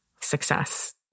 success